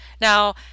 Now